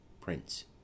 prince